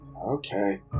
Okay